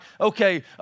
okay